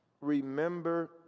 Remember